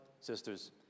sisters